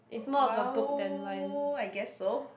well I guess so